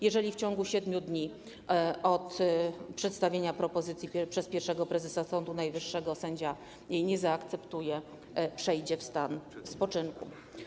Jeżeli w ciągu 7 dni od przedstawienia propozycji przez pierwszego prezesa Sądu Najwyższego sędzia jej nie zaakceptuje, przejdzie w stan spoczynku.